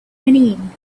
whinnying